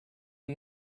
you